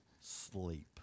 sleep